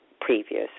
previous